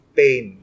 pain